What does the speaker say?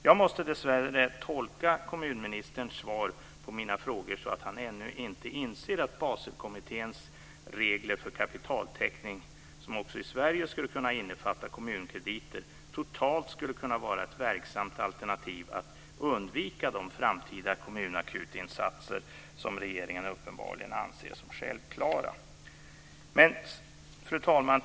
Jag måste dessvärre tolka kommunministerns svar på mina frågor att han ännu inte inser att Baselkommitténs regler för kapitaltäckning, som också i Sverige skulle kunna innefatta kommunkrediter, totalt skulle kunna vara ett verksamt alternativ att undvika de framtida kommunakutinsatser som regeringen uppenbarligen anser som självklara. Fru talman!